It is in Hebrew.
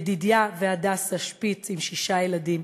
ידידיה והדסה שפיץ עם שישה ילדים,